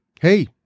hey